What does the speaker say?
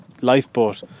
lifeboat